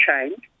change